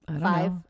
Five